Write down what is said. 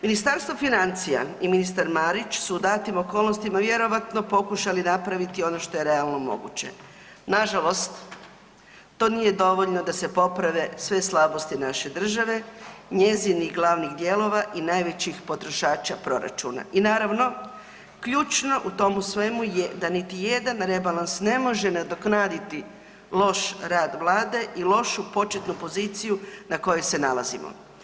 Ministarstvo financija i ministar Marić su u datim okolnostima vjerojatno pokušali napraviti ono što je realno moguće, nažalost to nije dovoljno da se poprave sva slabosti naše države, njezinih glavnih dijelova i najvećih potrošača proračuna i naravno ključno u tome svemu je da niti jedan rebalans ne može nadoknaditi loš rad Vlade i lošu početnu poziciju na kojoj se nalazimo.